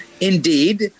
Indeed